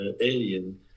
alien